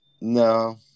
No